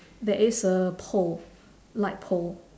there is a pole light pole